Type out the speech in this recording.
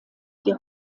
die